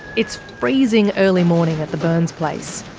it's freezing early morning at the byrne's place,